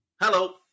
Hello